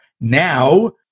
now